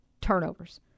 turnovers